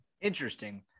Interesting